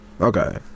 okay